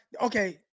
okay